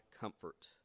comfort